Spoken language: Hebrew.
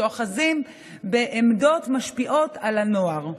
שאוחזים בעמדות משפיעות על הנוער.